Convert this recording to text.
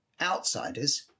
outsiders